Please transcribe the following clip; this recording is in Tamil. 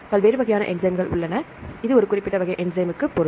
எனவே பல்வேறு வகையான என்ஸைம்கள் உள்ளன இது ஒரு குறிப்பிட்ட வகை என்ஸைம்க்கு பொருள்